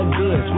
good